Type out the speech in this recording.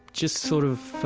just sort of.